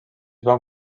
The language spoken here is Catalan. van